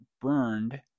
burned